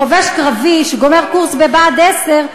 חובש קרבי שגומר קורס בבה"ד 10,